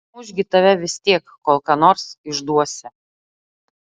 muš gi tave vis tiek kol ką nors išduosi